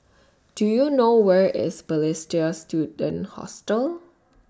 Do YOU know Where IS Balestier Student Hostel